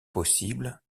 possible